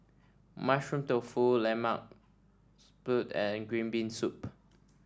Mushroom Tofu Lemak Siput and Green Bean Soup